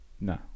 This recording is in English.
No